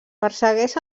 persegueix